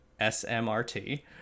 SMRT